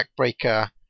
backbreaker